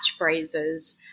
catchphrases